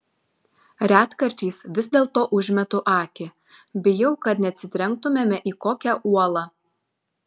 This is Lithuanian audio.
retkarčiais vis dėlto užmetu akį bijau kad neatsitrenktumėme į kokią uolą